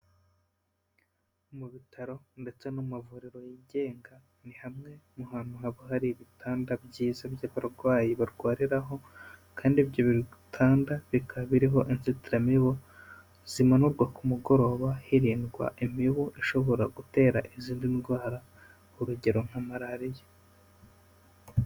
Mu bitaro ndetse n'amavuriro yigenga, ni hamwe mu hantu haba hari ibitanda byiza by'abarwayi barwariraho kandi ibyo bitanda bikaba biriho inzitiramibu, zimanurwa ku mugoroba, hirindwa imibu ishobora gutera izindi ndwara, urugero nka Malariya.